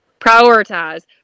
Prioritize